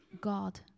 God